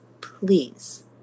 Please